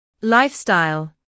lifestyle